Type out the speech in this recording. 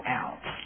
out